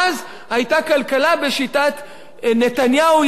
היתה כלכלה בשיטת "נתניהו יש לי".